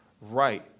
right